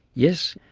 yes,